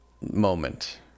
moment